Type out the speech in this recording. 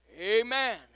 Amen